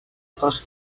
otros